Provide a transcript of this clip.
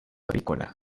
agrícola